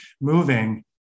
moving